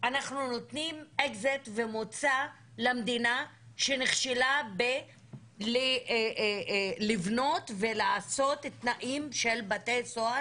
אנחנו נותנים אקזיט ומוצא למדינה שנכשלה בלבנות ולעשות תנאים של בתי סוהר